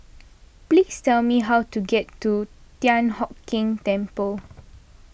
please tell me how to get to Thian Hock Keng Temple